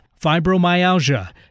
fibromyalgia